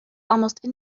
almost